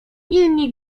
inni